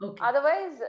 Otherwise